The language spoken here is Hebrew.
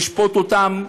לשפוט אותם,